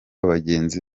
bagenzi